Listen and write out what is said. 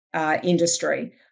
Industry